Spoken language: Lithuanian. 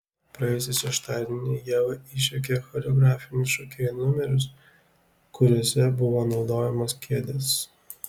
praėjusį šeštadienį ieva išjuokė choreografinius šokėjų numerius kuriuose buvo naudojamos kėdės